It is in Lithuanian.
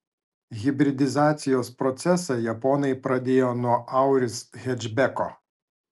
hibridizacijos procesą japonai pradėjo nuo auris hečbeko